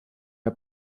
der